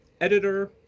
editor